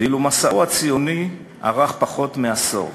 ואילו מסעו הציוני ארך פחות מעשור.